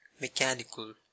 Mechanical